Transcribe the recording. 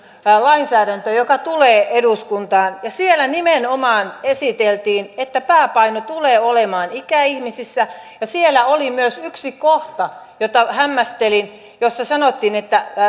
lainsäädäntöä joka tulee eduskuntaan siellä nimenomaan esiteltiin että pääpaino tulee olemaan ikäihmisissä ja siellä oli myös yksi kohta jota hämmästelin jossa sanottiin että